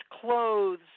clothes